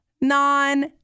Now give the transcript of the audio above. Non